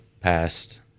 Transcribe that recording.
past